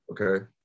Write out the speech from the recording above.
Okay